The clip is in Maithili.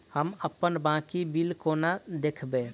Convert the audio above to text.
हम अप्पन बाकी बिल कोना देखबै?